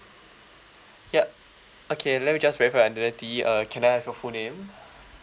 yup okay let me just verify your identity uh can I have your full name